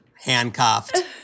handcuffed